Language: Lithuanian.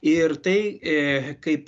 ir tai kaip